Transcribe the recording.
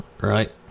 right